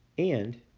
and,